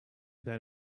that